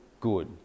good